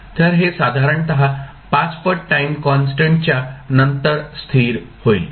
तर हे साधारणत 5 पट टाईम कॉन्स्टंट च्या नंतर स्थिर होईल